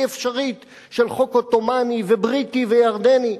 אפשרית של חוק עות'מאני ובריטי וירדני.